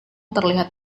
terlihat